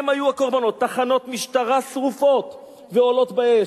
תחנות משטרה שרופות ועולות באש.